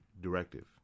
directive